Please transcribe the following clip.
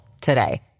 today